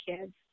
kids